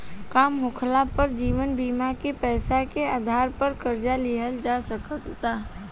काम होखाला पर जीवन बीमा के पैसा के आधार पर कर्जा लिहल जा सकता